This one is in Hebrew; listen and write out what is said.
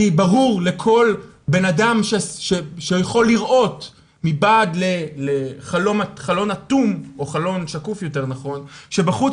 כי ברור לכל בן אדם שיכול לראות מבעד לחלון שקוף שבחוץ